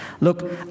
look